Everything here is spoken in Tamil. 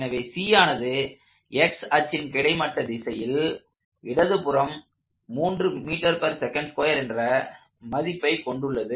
எனவே C ஆனது x அச்சின் கிடைமட்ட திசையில் இடதுபுறம் என்ற மதிப்பை கொண்டுள்ளது